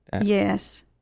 Yes